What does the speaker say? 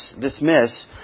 dismiss